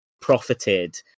profited